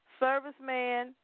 Serviceman